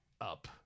up